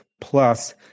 plus